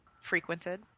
frequented